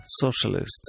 Socialists